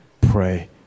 pray